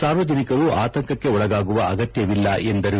ಸಾರ್ವಜನಿಕರು ಅಂತಕಕ್ಕೊಳಗಾಗುವ ಅಗತ್ಯವಿಲ್ಲ ಎಂದರು